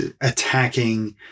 attacking